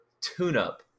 tune-up